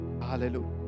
Hallelujah